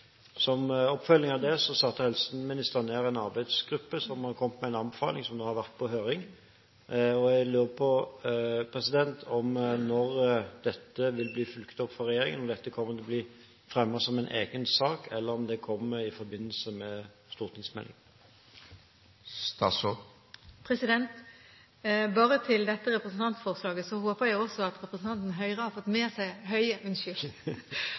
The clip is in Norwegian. Som oppfølging av det satte helseministeren ned en arbeidsgruppe som har kommet med en anbefaling, som nå har vært på høring. Jeg lurer på når dette vil bli fulgt opp fra regjeringen, om dette kommer til å bli fremmet som en egen sak, eller om det kommer i forbindelse med en stortingsmelding? Når det gjelder dette representantforslaget, håper jeg også at representanten Høie har fått med seg